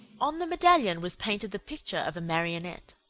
on the medallion was painted the picture of a marionette.